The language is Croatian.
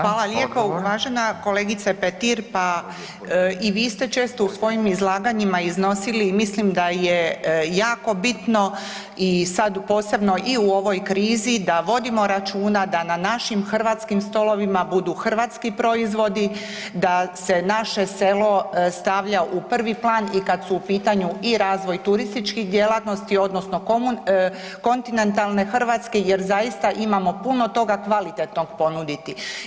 Hvala lijepa uvažena kolegice Petir, pa i vi ste često u svojim izlaganjima iznosili mislim da je jako bitno i sad posebno i u ovoj krizi da vodimo računa da na našim hrvatskim stolovima budu hrvatski proizvodi, da se naše selo stavlja u prvi plan i kad su u pitanju i razvoj turističkih djelatnosti odnosno kontinentalne Hrvatske jer zaista imamo puno toga kvalitetnog ponuditi.